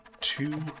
two